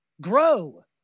Grow